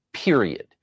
period